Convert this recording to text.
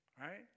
right